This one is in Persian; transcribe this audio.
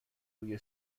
روی